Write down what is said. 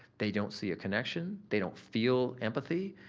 they don't see a connection. they don't feel empathy.